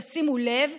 תשימו לב,